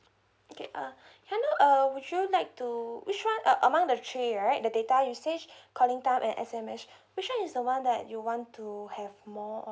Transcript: okay uh can I know uh would you like to which one uh among the three right the data usage calling time and S_M_S which one is the one that you want to have more